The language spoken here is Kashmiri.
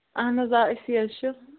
اَہَن حظ آ أسی حظ چھِ